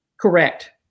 Correct